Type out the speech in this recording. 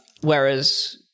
Whereas